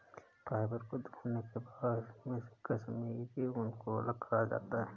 fibre को धोने के बाद इसमे से कश्मीरी ऊन को अलग करा जाता है